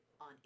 on